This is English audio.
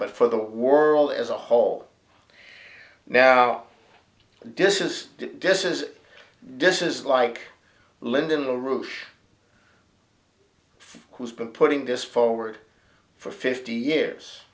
but for the world as a whole now this is this is this is like lyndon la rouche who's been putting this forward for fifty years